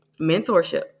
mentorship